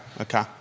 Okay